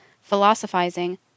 philosophizing